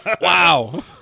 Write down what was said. Wow